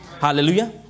Hallelujah